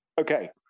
Okay